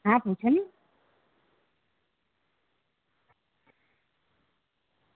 હા પૂછોને